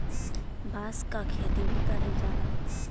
बांस क खेती भी करल जाला